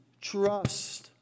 trust